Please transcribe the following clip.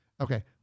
Okay